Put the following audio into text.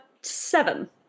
seven